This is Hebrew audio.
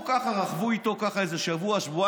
רכבו איתו ככה איזה שבוע-שבועיים,